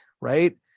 right